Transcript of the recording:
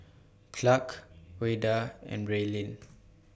Clark Ouida and Braylen